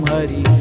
Hari